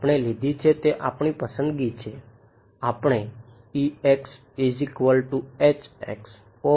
આપણે લીધી છે તે આપણી પસંદગી છે